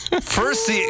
First